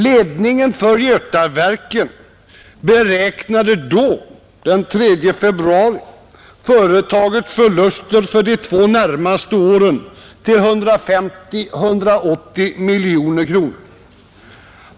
Ledningen för Götaverken beräknade då — den 3 februari — företagets förluster för de två närmaste åren till 150—180 miljoner kronor.